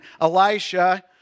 Elisha